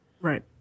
Right